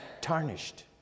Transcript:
Tarnished